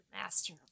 master